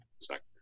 sector